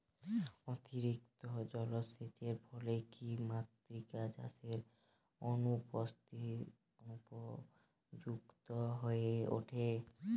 অতিরিক্ত জলসেচের ফলে কি মৃত্তিকা চাষের অনুপযুক্ত হয়ে ওঠে?